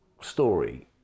story